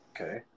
Okay